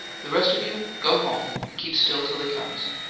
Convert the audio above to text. the rest of you go home, and keep still till he comes.